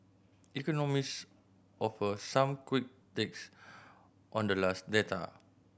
economist offer some quick takes on the last data